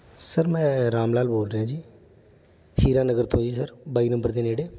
sir ਮੈਂ ਰਾਮ ਲਾਲ ਬੋਲ ਰਿਹਾ ਜੀ ਹੀਰਾ ਨਗਰ ਤੋਂ ਜੀ ਸਰ ਬਾਈ ਨੰਬਰ ਦੇ ਨੇੜੇ